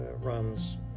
runs